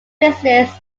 business